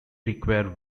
require